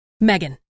Megan